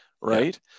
right